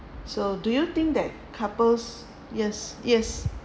so do you think that couples yes yes